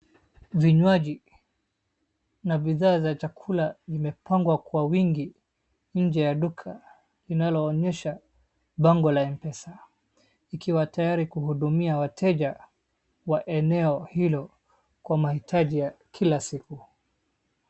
Vinywaji na bidhaa za chakula zimpangwa kwa wingi nje ya duka linaloonyesha bango la Mpesa ikiwa tayari kuhudumia wateja wa eneo hilo kwa mahitaji ya kila siku.